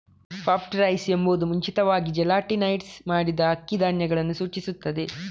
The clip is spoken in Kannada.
ಪಫ್ಡ್ ರೈಸ್ ಎಂಬುದು ಮುಂಚಿತವಾಗಿ ಜೆಲಾಟಿನೈಸ್ಡ್ ಮಾಡಿದ ಅಕ್ಕಿ ಧಾನ್ಯಗಳನ್ನು ಸೂಚಿಸುತ್ತದೆ